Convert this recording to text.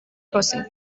crossing